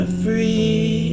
free